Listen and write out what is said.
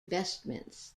vestments